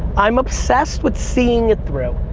i'm obsessed with seeing it through.